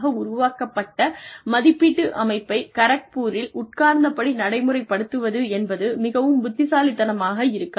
உருவாக்கப்பட்ட மதிப்பீட்டு அமைப்பை கரக்பூரில் உட்கார்ந்தபடி நடைமுறைப்படுத்துவது என்பது மிகவும் புத்திசாலித்தனமாக இருக்காது